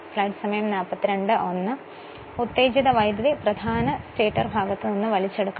സ്റ്റേറ്ററിന്റെ വശമായ പ്രധാനത്തിൽ നിന്ന് ഉത്തേജക വൈദ്യുതധാര വരയ്ക്കണം